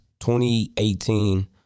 2018